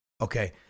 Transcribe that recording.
Okay